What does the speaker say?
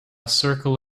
circle